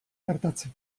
gertatzen